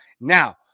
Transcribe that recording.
Now